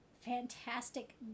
fantastic